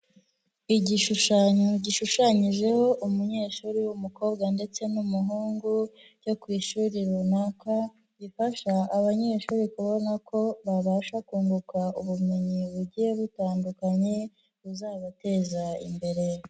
Igishushanyo gishushanyijeho umunyeshuri w'umukobwa ndetse n'umuhungu cyo ku ishuri runaka, gifasha abanyeshuri kubona ko babasha kunguka ubumenyi bugiye butandukanye buzabateza imbere.